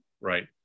Right